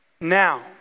Now